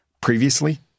previously